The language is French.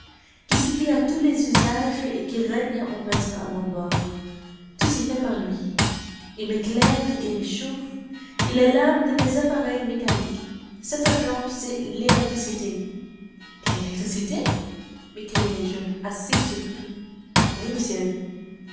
qui se plie à tous les usages et qui règne en maître à mon bord tout se fait par lui il m'éclaire il m'échauffe il est l'âme de mes appareils mécaniques cet agent c'est l'électricité l'électricité m'écriai-je assez surpris oui monsieur